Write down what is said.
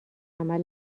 عمل